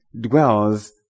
dwells